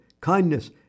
kindness